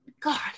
God